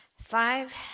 Five